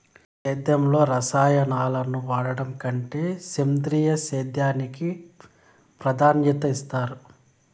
సేద్యంలో రసాయనాలను వాడడం కంటే సేంద్రియ సేద్యానికి ప్రాధాన్యత ఇస్తారు